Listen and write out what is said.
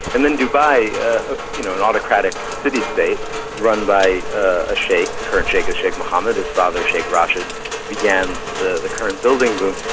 and then dubai, ah you know an autocratic city state run by a sheikh, the current sheikh is sheikh mohammed, his father sheikh rashid began the the current building boom,